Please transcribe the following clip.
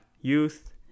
youth